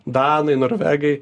danai norvegai